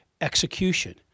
execution